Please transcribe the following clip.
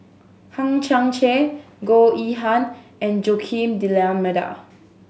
Hang Chang Chieh Goh Yihan and Joaquim D'Almeida